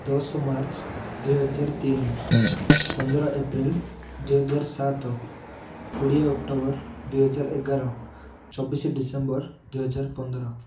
ଦଶ ମାର୍ଚ୍ଚ ଦୁଇହଜାର ତିନି ପନ୍ଦର ଏପ୍ରିଲ ଦୁଇହଜାର ସାତ କୋଡ଼ିଏ ଅକ୍ଟୋବର ଦୁଇହଜାର ଏଗାର ଚବିଶ ଡିସେମ୍ବର ଦୁଇହଜାର ପନ୍ଦର